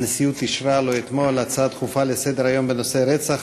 הנשיאות אישרה לו אתמול הצעה דחופה לסדר-היום בנושא רצח